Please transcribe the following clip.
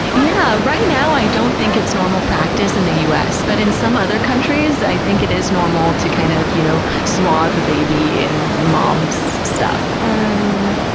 yeah right now i don't think it's normal practice in the us, but in some other countries, i think it is normal to kind of you know swab the baby in mom's stuff. and um